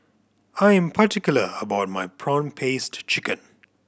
I am particular about my prawn paste chicken